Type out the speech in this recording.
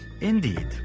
Indeed